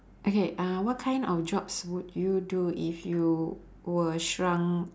okay uh what kind of jobs would you do if you were shrunk